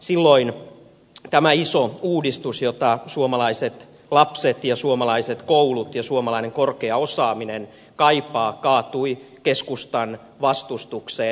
silloin tämä iso uudistus jota suomalaiset lapset ja suomalaiset koulut ja suomalainen korkea osaaminen kaipaa kaatui keskustan vastustukseen